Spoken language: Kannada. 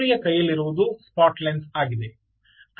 ಮಾಧುರಿಯ ಕೈಯಲ್ಲಿರುವುದು ಸ್ಪಾಟ್ ಲೆನ್ಸ್ ಆಗಿದೆ